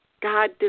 god